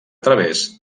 través